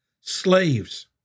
Slaves